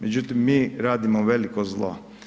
Međutim, mi radimo veliko zlo.